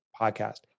podcast